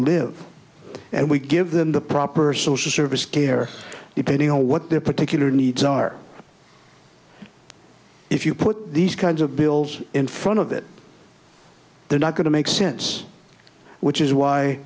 live and we give them the proper social services care if they know what their particular needs are if you put these kinds of bills in front of it they're not going to make sense which is why